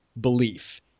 belief